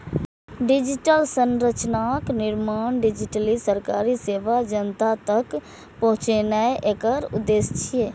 digital संरचनाक निर्माण, digitally सरकारी सेवा जनता तक पहुंचेनाय एकर उद्देश्य छियै